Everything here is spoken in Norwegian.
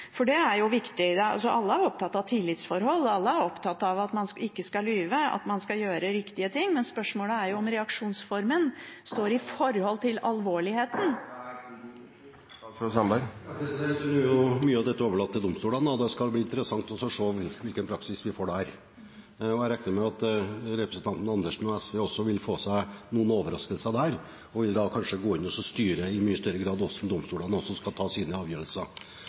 er jo viktig. Alle er opptatt av tillitsforhold, alle er opptatt av at man ikke skal lyve, og at man skal gjøre riktige ting, men spørsmålet er om reaksjonsformen står i forhold til alvorligheten. Nå er jo mye av dette overlatt til domstolene, og det skal bli interessant å se hvilken praksis vi får. Jeg regner med at representanten Karin Andersen og SV også vil få seg noen overraskelser der, og da kanskje i mye større grad vil gå inn og styre også hvordan domstolene skal ta sine avgjørelser.